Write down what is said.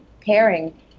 pairing